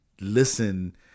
listen